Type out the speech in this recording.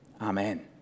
amen